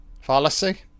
Fallacy